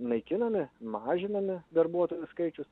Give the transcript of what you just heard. naikinami mažiname darbuotojų skaičius